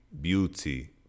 beauty